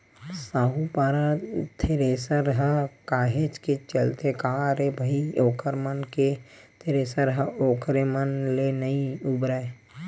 साहूपारा थेरेसर ह काहेच के चलथे का रे भई ओखर मन के थेरेसर ह ओखरे मन ले नइ उबरय